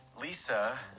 Lisa